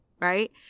right